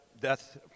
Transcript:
Death